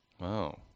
wow